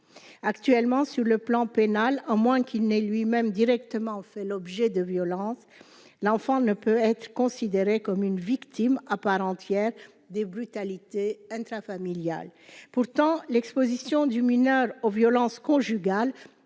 actuellement sur le plan pénal en moins qu'il n'ait lui-même directement, fait l'objet de violences, l'enfant ne peut être considéré comme une victime à part entière des brutalités intrafamiliales pourtant l'Exposition du mineur aux violences conjugales